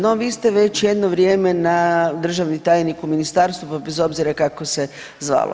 No vi ste već jedno vrijeme državni tajnik u ministarstvu, pa bez obzira kako se zvalo.